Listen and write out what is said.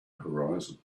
horizon